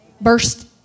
Burst